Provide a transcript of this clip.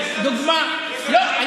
יש לנו שוטרים מצוינים.